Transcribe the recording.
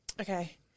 Okay